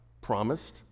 Promised